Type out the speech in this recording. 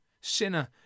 Sinner